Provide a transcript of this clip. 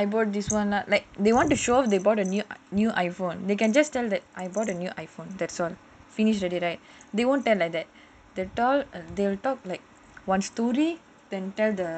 I bought this [one] lah like they want to show off they bought a new iPhone they can just tell like I bought a new iPhone that's all finish already right they won't tell like that they will talk like one story then tell the